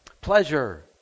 Pleasure